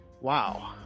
Wow